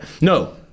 No